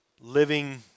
living